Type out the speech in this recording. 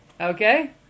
Okay